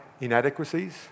inadequacies